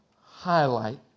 highlight